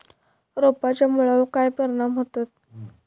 रोपांच्या मुळावर काय परिणाम होतत?